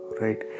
right